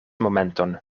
momenton